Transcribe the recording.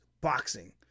Boxing